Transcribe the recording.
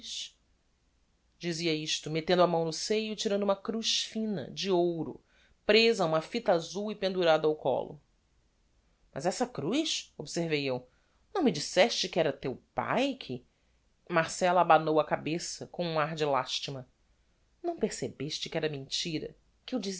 dizia isto mettendo a mão no seio e tirando uma cruz fina de ouro presa a uma fita azul e pendurada ao collo mas essa cruz observei eu não me disseste que era teu pae que marcella abanou a cabeça com um ar de lastima não percebeste que era mentira que eu